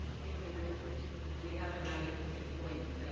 deemed it urgent because we have an item six point